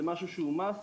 זה משהו שהוא חובה.